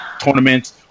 tournaments